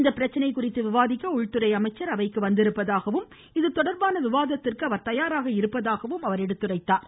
இந்த பிரச்சினை குறித்து விவாதிக்க உள்துறை அமைச்சர் அவைக்கு வந்திருப்பதாகவும் இதுதொடா்பான விவாதத்திற்கு அவா் தயாராக இருப்பதாகவும் அவர் எடுத்துரைத்தார்